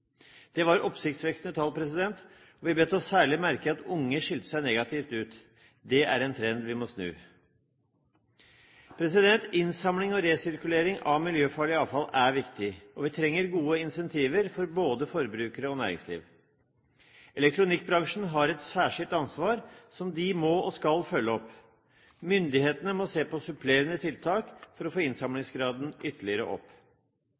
Det var oppsiktsvekkende tall, og vi bet oss særlig merke i at unge skilte seg negativt ut. Det er en trend vi må snu. Innsamling og resirkulering av miljøfarlig avfall er viktig, og vi trenger gode incentiver for både forbrukere og næringsliv. Elektronikkbransjen har et særskilt ansvar som de må og skal følge opp. Myndighetene må se på supplerende tiltak for å få innsamlingsgraden ytterligere opp.